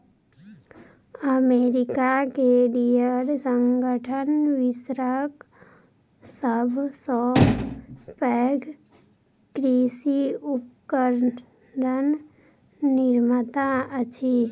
America के Deere संगठन विश्वक सभ सॅ पैघ कृषि उपकरण निर्माता अछि